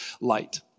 light